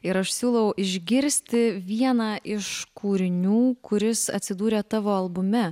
ir aš siūlau išgirsti vieną iš kūrinių kuris atsidūrė tavo albume